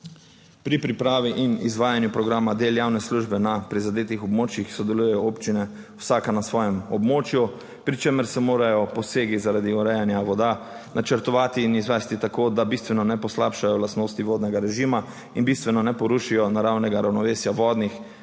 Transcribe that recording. Pri pripravi in izvajanju programa del javne službe na prizadetih območjih sodelujejo občine vsaka na svojem območju, pri čemer se morajo posegi, zaradi urejanja voda načrtovati in izvesti tako, da bistveno ne poslabšajo lastnosti vodnega režima in bistveno ne porušijo naravnega ravnovesja vodnih